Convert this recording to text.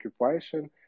occupation